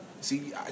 See